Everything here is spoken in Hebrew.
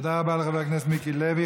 תודה רבה לחבר הכנסת מיקי לוי.